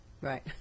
Right